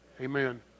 Amen